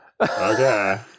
Okay